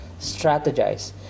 strategize